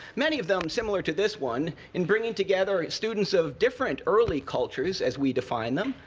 many of them similar to this one in bringing together students of different early cultures, as we define them,